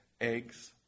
eggs